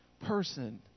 person